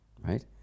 right